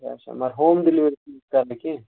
آچھا مگر home delivery کَرنہٕ کیٚنٛہہ